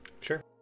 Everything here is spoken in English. Sure